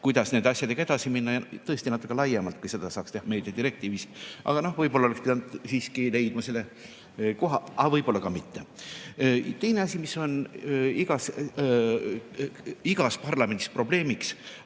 kuidas nende asjadega edasi minna tõesti natuke laiemalt, kui seda saaks teha meediadirektiivis. Võib-olla oleks pidanud siiski leidma selle koha, aga võib-olla ka mitte. Teine asi, mis on igas parlamendis probleemiks: